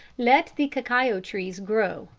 let the cacao-trees grow,